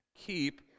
Keep